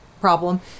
problem